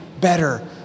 better